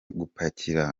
gupakira